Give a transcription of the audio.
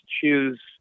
choose